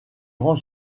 grand